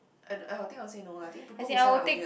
I'd I think I will say no lah I think people who sign up are weird